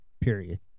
period